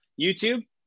YouTube